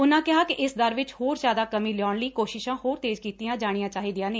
ਉਨੂਾਂ ਕਿਹਾ ਕਿ ਇਸ ਦਰ ਵਿਚ ਹੋਰ ਜਿਆਦਾ ਕਮੀ ਲਿਆਉਨ ਲਈ ਕੋਸ਼ਿਸ਼ਾਂ ਹੋਰ ਤੇਜ ਕੀਤੀਆਂ ਜਾਣੀਆਂ ਚਾਹੀਦੀਆਂ ਨੇ